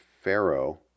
Pharaoh